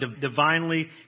divinely